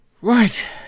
Right